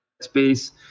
space